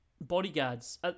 bodyguards